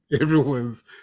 Everyone's